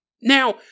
Now